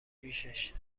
پیشش